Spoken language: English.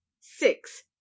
six